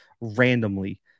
randomly